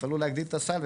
תפעלו להגדיל את הסל,